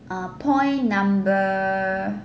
ah point number